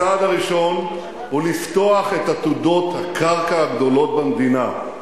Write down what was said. הצעד הראשון הוא לפתוח את עתודות הקרקע הגדולות במדינה,